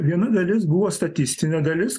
viena dalis buvo statistinė dalis